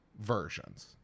versions